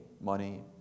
money